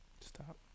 Stop